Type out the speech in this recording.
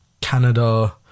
Canada